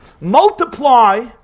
Multiply